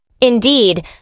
Indeed